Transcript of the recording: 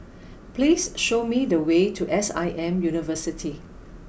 please show me the way to S I M University